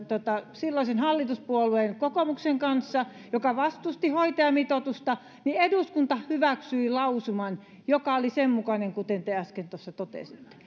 silloisen hallituspuolueen kokoomuksen kanssa joka vastusti hoitajamitoitusta niin eduskunta hyväksyi lausuman joka oli sen mukainen kuin te äsken tuossa totesitte